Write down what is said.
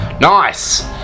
Nice